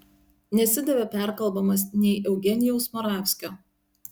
nesidavė perkalbamas nei eugenijaus moravskio